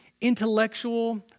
Intellectual